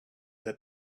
that